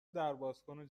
دربازکن